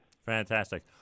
Fantastic